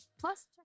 Plus